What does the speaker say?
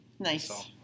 Nice